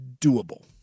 doable